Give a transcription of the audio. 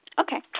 Okay